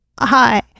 Hi